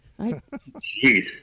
Jeez